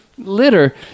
Litter